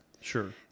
Sure